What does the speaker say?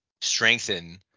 strengthen